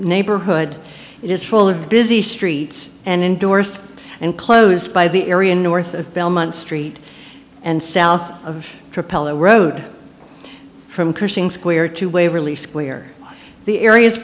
neighborhood it is full of busy streets and indorsed and closed by the area north of belmont street and south of propel the road from cushing square to waverly square the area